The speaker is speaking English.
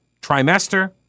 trimester